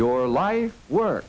your life's work